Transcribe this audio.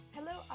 Hello